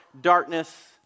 darkness